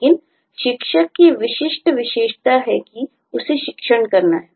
लेकिन शिक्षक की विशिष्ट विशेषता है कि उसे शिक्षण करना है